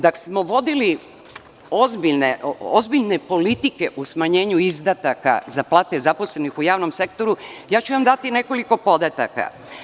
Da smo vodili ozbiljne politike u smanjenju izdataka za plate zaposlenih u javnom sektoru, ja ću vam dati nekoliko podataka.